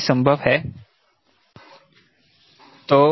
क्या यह संभव है